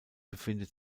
befindet